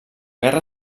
guerra